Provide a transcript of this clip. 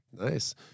Nice